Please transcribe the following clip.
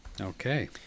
Okay